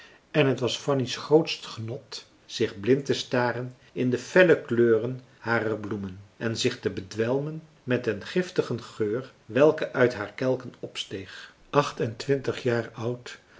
en het was fanny's grootst genot zich blind te staren in de felle kleuren harer bloemen en zich te bedwelmen met den giftigen geur welke uit haar kelken opsteeg acht en twintig jaar oud